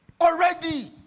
already